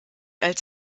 als